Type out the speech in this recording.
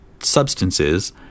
Substances